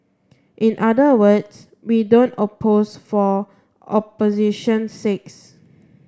in other words we don't oppose for opposition sakes